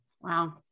Wow